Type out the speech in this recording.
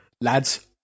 Lads